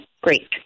Great